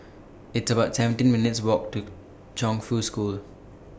It's about seventeen minutes' Walk to Chongfu School